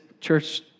church